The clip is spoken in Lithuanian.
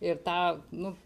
ir tą nu